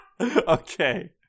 Okay